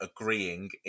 agreeing